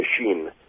machine